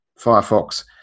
Firefox